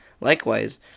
Likewise